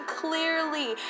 clearly